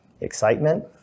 excitement